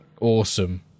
awesome